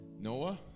Noah